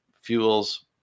fuels